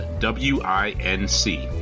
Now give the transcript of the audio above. W-I-N-C